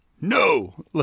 no